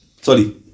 Sorry